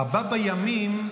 ה"בא בימים"